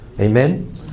Amen